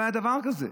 לא היה דבר כזה.